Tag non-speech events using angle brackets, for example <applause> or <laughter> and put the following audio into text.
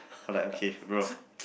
I was like okay bro <noise>